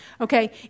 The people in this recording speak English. okay